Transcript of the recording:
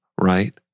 right